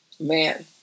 Man